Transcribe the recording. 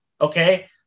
Okay